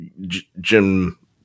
Jim